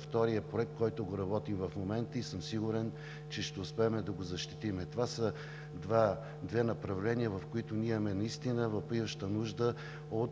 вторият проект, който го работим в момента и съм сигурен, че ще успеем да го защитим. Това са две направления, в които ние имаме наистина въпиюща нужда от